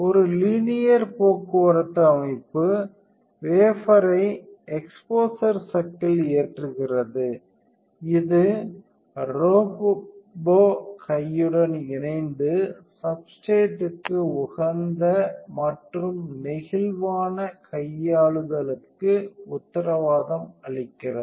ஒரு லீனியர் போக்குவரத்து அமைப்பு வேஃபோரை எக்ஸ்போஷர் சக்கில் ஏற்றுகிறது இது ரோபோ கையுடன் இணைந்து சப்ஸ்டேர்ட்க்கு உகந்த மற்றும் நெகிழ்வான கையாளுதலுக்கு உத்தரவாதம் அளிக்கிறது